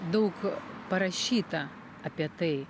daug parašyta apie tai